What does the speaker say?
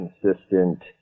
consistent